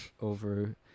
over